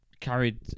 carried